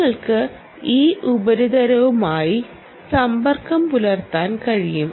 നിങ്ങൾക്ക് ഈ ഉപരിതലവുമായി സമ്പർക്കം പുലർത്താൻ കഴിയും